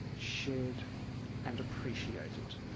shared and appreciated,